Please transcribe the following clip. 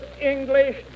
English